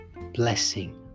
blessing